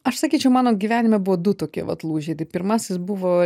aš sakyčiau mano gyvenime buvo du tokie vat lūžiai tai pirmasis buvo